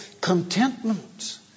contentment